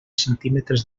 centímetres